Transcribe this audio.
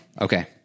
Okay